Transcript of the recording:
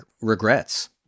regrets